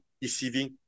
deceiving